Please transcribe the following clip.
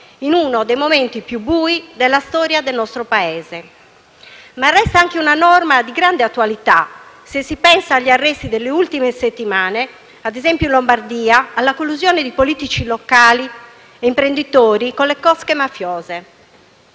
in uno dei momenti più bui della storia del nostro Paese. Si tratta di un intervento normativo che resta però anche di grande attualità, se si pensa agli arresti delle ultime settimane, ad esempio in Lombardia, alla collusione di politici locali e imprenditori con le cosche mafiose.